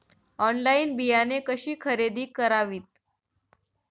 Online बियाणे कशी खरेदी करावीत?